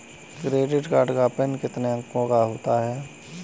Credit card का pin कितने अंकों का होता है?